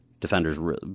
Defenders